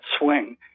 swing